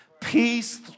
Peace